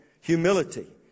humility